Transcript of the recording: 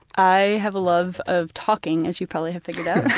i have a love of talking, as you probably have figured out.